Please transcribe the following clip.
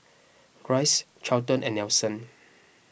Rice Charlton and Nelson